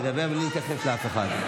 תדבר בלי הקשר לאף אחד.